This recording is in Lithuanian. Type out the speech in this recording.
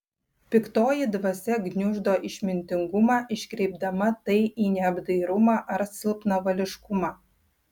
piktoji dvasia gniuždo išmintingumą iškreipdama tai į neapdairumą ar silpnavališkumą